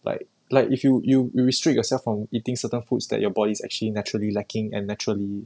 like like if you you you restrict yourself from eating certain foods that your body's actually naturally lacking and naturally